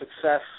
success